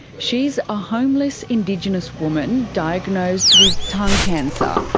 she's a homeless indigenous woman diagnosed with tongue cancer.